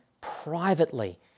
privately